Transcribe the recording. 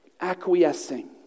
acquiescing